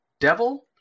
devil